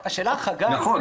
נכון,